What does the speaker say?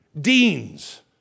deans